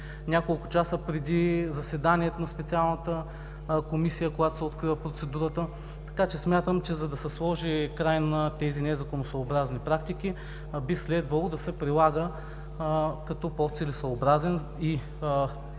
няколко часа преди заседанието на Специалната комисия, когато се открива процедурата. Смятам, че за да се сложи край на тези незаконосъобразни практики, би следвало да се прилага като по-целесъобразен и